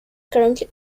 currently